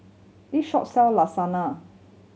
this shop sell Lasagna